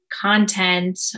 content